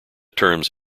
terms